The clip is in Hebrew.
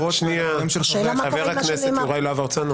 חבר הכנסת יואב סגלוביץ,